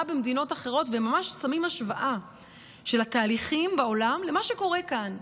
במדינות אחרות וממש שמים השוואה של התהליכים בעולם למה שקורה כאן,